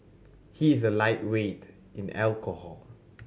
he is a lightweight in alcohol